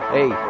Hey